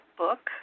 book